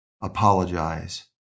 apologize